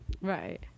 right